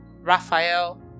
Raphael